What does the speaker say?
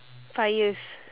five years